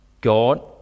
God